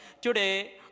today